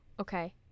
okay